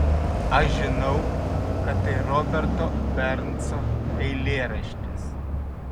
aš žinau kad tai roberto bernso eilėraštis